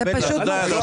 אלה הבחירות האחרונות.